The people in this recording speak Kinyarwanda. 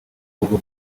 google